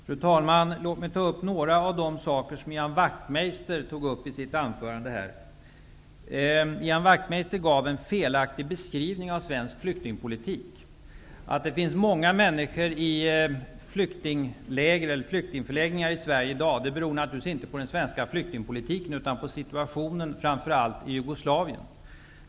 Fru talman! Låt mig ta upp några av de saker som Ian Wachtmeister tog upp i sitt anförande. Ian Wachtmeister gav en felaktig beskrivning av svensk flyktingpolitik. Att det finns många människor i flyktingförläggningar i Sverige i dag beror naturligtvis inte på den svenska flyktingpolitiken utan på situationen i framför allt Jugoslavien.